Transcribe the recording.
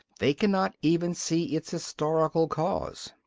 they cannot even see its historical cause.